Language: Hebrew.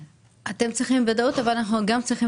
אתם צריכים ודאות אבל אנחנו גם צריכים